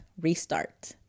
restart